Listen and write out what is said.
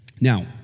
Now